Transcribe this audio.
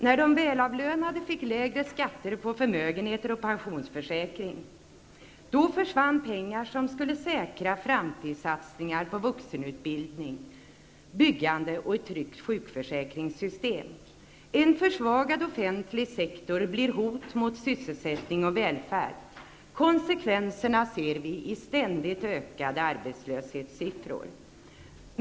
När de välavlönade fick lägre skatter på förmögenheter och pensionsförsäkringar, försvann pengar som skulle säkra framtidssatsningar på vuxenutbildning, byggande och ett tryggt sjukförsäkringssystem. En försvagad offentlig sektor blir ett hot mot sysselsättning och välfärd. Konsekvenserna ser vi i ständigt ökande arbetslöshetssiffror.